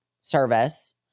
service